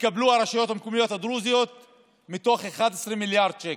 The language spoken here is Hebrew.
יקבלו הרשויות המקומיות הדרוזיות מתוך 11 מיליארד שקל.